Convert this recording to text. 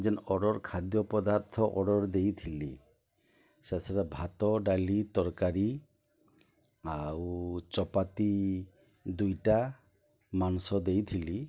ଯେନ୍ ଅର୍ଡ଼ର୍ ଖାଦ୍ୟ ପଦାର୍ଥ ଅର୍ଡ଼ର୍ ଦେଇଥିଲି ସେ ସହିତ ଭାତ ଡ଼ାଲି ତରକାରୀ ଆଉ ଚପାତି ଦୁଇଟା ମାଂସ ଦେଇଥିଲି